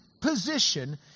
position